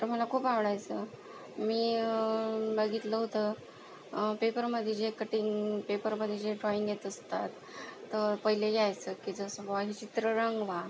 तर मला खूप आवडायचं मी बघितलं होतं पेपरमध्ये जे कटिंग पेपरमध्ये जे ड्रॉइंग येत असतात तर पहिले यायचं की जसं बुवा हे चित्र रंगवा